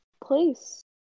place